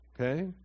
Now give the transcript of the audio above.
Okay